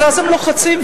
אז הם לוחצים,